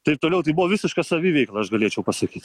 taip toliau tai buvo visiška saviveikla aš galėčiau pasakyt